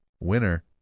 Winner